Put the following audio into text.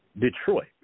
Detroit